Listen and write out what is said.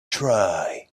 try